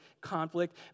conflict